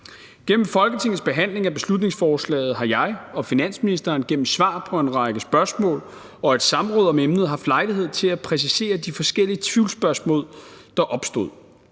Gennem Folketingets behandling af beslutningsforslaget har jeg og finansministeren gennem svar på en række spørgsmål og et samråd om emnet haft lejlighed til at præcisere de forskellige tvivlsspørgsmål, der opstod.